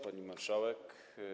Pani Marszałek!